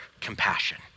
compassion